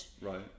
Right